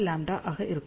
06λ ஆக வரும்